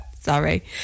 sorry